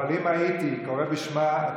אבל אם הייתי קורא בשמה,